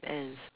ants